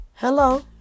Hello